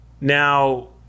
Now